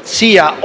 sia già iniziato o no sotto la responsabilità medica.